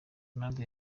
ronaldo